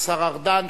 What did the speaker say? השר ארדן,